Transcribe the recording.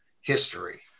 history